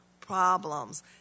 problems